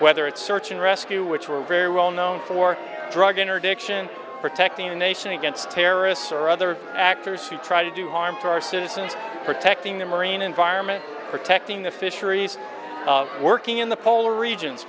whether it's search and rescue which were very well known for drug interdiction protecting the nation against terrorists or other actors she tried to do harm to our citizens protecting the marine environment protecting the fisheries working in the poll